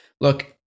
look